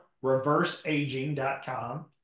reverseaging.com